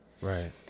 Right